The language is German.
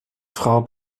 frau